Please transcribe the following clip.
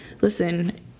listen